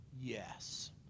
Yes